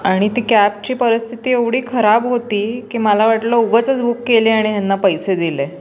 आणि ती कॅबची परिस्थिती एवढी खराब होती की मला वाटलं उगाचच बुक केली आणि ह्यांना पैसे दिले